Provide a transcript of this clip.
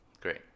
Great